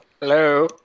hello